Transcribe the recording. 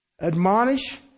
Admonish